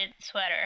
sweater